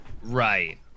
right